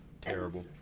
terrible